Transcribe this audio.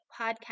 podcast